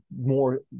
more